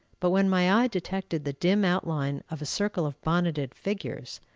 but when my eye detected the dim outline of a circle of bonneted figures,